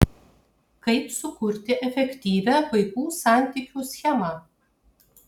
kaip sukurti efektyvią vaikų santykių schemą